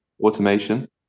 automation